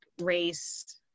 race